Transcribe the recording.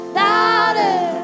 louder